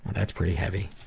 that's pretty heavy.